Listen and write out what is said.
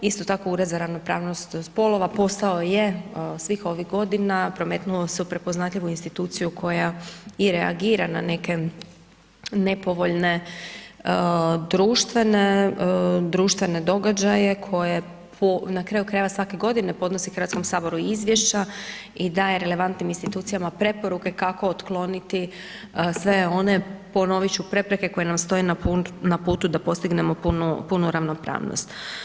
Isto tako, Ured za ravnopravnost spolova postao je svih ovih godina, prometnuo se u prepoznatljivu institucija koja i reagira na neke nepovoljne društvene događaje koje na kraju krajeva, svake godine podnosi HS-u izvješća i daje relevantnim institucijama preporuke kako otkloniti sve one, ponovit ću, prepreke koje nam stoje na putu da postignemo punu ravnopravnost.